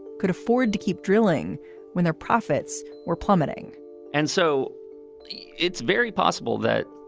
could afford to keep drilling when their profits were plummeting and so it's very possible that,